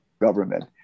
government